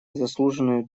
заслуженную